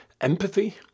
empathy